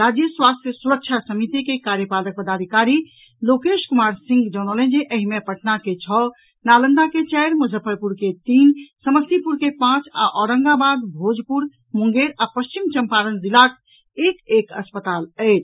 राज्य स्वास्थ्य सुरक्षा समिति के कार्यपालक पदाधिकारी लोकेश कुमार सिंह जनौलनि जे एहि मे पटना के छओ नालंदा के चारि मुजफ्फरपुर के तीन समस्तीपुर के पांच आ औरंगाबाद भोजपुर मुंगेर आ पश्चिम चंपारण जिलाक एक एक अस्पताल अछि